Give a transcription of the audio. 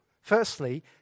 Firstly